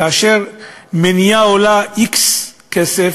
כאשר מניעה עולה x כסף,